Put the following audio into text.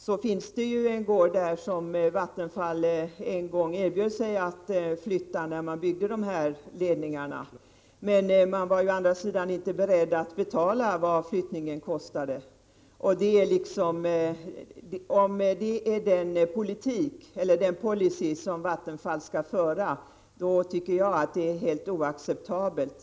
Herr talman! Jag vill bara säga att det just i Alfta finns en gård som Vattenfall en gång erbjöd sig att flytta när man byggde kraftledningarna, men Vattenfall var å andra sidan inte berett att betala vad flyttningen kostade. Om detta är den riktlinje som Vattenfall kommer att tillämpa, tycker jag att det är helt oacceptabelt.